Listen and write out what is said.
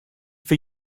for